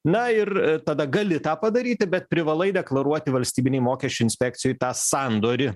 na ir tada gali tą padaryti bet privalai deklaruoti valstybinėj mokesčių inspekcijoj tą sandorį